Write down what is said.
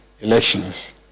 elections